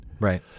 Right